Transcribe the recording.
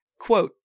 quote